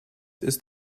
ist